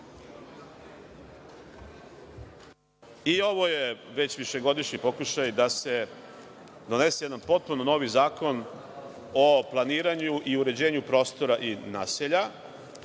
I ovo je već višegodišnji pokušaj da se donese jedan potpuno novi zakon o planiranju i uređenju prostora i naselja.